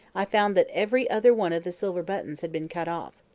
i found that every other one of the silver buttons had been cut off.